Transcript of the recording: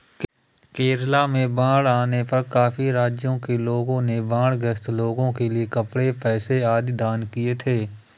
केरला में बाढ़ आने पर काफी राज्यों के लोगों ने बाढ़ ग्रस्त लोगों के लिए कपड़े, पैसे आदि दान किए थे